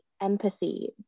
empathy